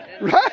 Right